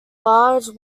large